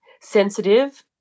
sensitive